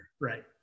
Right